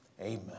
amen